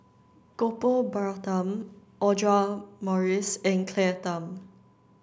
Gopal Baratham Audra Morrice and Claire Tham